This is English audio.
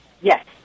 Yes